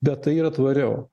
bet tai yra tvariau